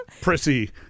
prissy